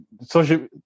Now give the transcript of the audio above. social